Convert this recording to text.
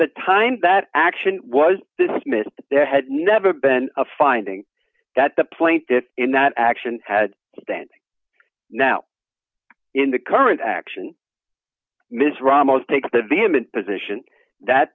the time that action was dismissed there had never been a finding that the plaintiffs in that action had standing now in the current action ms ramos takes the vehement position that